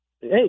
Hey